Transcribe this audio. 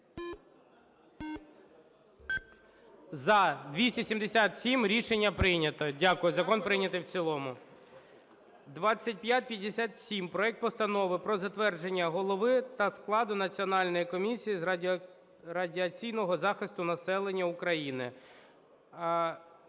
За-277 Рішення прийнято. Дякую. Закон прийнятий в цілому. 2557 проект Постанови про затвердження Голови та складу Національної комісії з радіаційного захисту населення України.